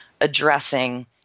addressing